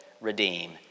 redeem